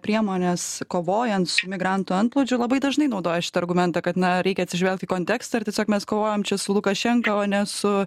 priemones kovojant su migrantų antplūdžiu labai dažnai naudoja šitą argumentą kad na reikia atsižvelgt į kontekstą ir tiesiog mes kovojam čia su lukašenka o ne su